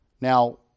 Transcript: Now